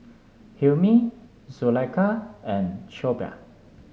Hilmi Zulaikha and Shoaib